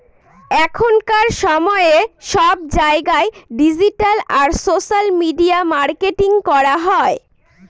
এখনকার সময়ে সব জায়গায় ডিজিটাল আর সোশ্যাল মিডিয়া মার্কেটিং করা হয়